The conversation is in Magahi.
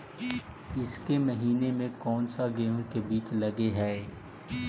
ईसके महीने मे कोन सा गेहूं के बीज लगे है?